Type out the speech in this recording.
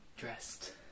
dressed